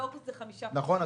מ-1 באוגוסט זה חמישה חודשים,